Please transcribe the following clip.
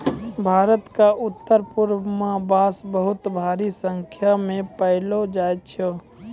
भारत क उत्तरपूर्व म बांस बहुत भारी संख्या म पयलो जाय छै